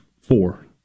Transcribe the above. four